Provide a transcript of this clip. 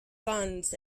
guns